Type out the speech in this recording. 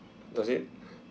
does it